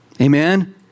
Amen